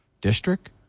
district